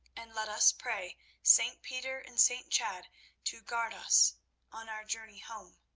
and let us pray st. peter and st. chad to guard us on our journey home.